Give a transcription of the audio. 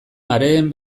mareen